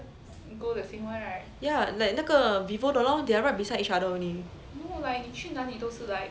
ya like 那个 vivo 的 lor they are right beside each other only